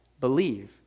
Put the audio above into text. believe